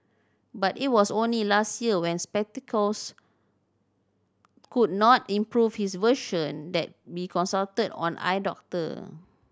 but it was only last year when spectacles could not improve his vision that be consulted on eye doctor